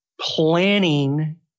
planning